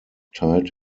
tied